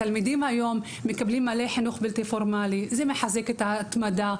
התלמידים היום מקבלים חינוך בלתי פורמלי וזה מחזק את ההתמדה,